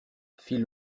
fit